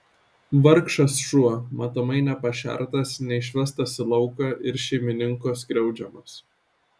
vargšas šuo matomai nepašertas neišvestas į lauką ir šeimininko skriaudžiamas